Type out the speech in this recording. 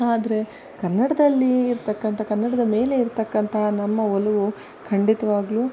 ಆದರೆ ಕನ್ನಡದಲ್ಲಿ ಇರ್ತಕ್ಕಂಥ ಕನ್ನಡದ ಮೇಲೆ ಇರ್ತಕ್ಕಂತಹ ನಮ್ಮ ಒಲವು ಖಂಡಿತವಾಗಲೂ